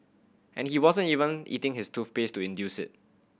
and he wasn't even eating his toothpaste to induce it